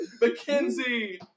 McKenzie